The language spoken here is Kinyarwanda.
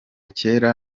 kera